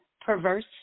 perverse